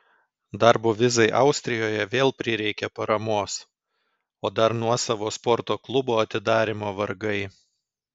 darbo vizai austrijoje vėl prireikė paramos o dar nuosavo sporto klubo atidarymo vargai